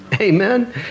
Amen